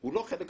אני סומך עליכם.